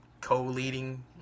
co-leading